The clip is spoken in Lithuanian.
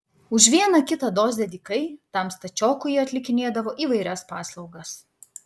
už vieną kitą dozę dykai tam stačiokui jie atlikinėdavo įvairias paslaugas